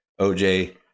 OJ